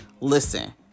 Listen